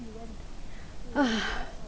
!huh!